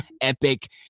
epic